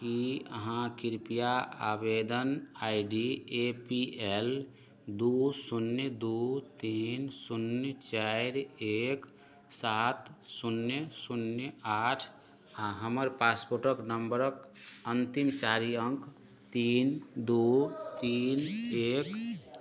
की अहाँ कृपया आवेदन I D A P L दू शून्य दू तीन शून्य चारि एक सात शून्य शून्य आठ आ हमर पासपोर्टक नंबरक अंतिम चारी अंक तीन दू तीन एक